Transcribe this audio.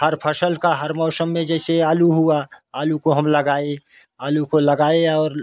हर फसल का हर मौसम में जैसे आलू हुआ आलू को हम लगाए आलू को लगाए और